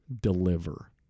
deliver